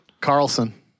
Carlson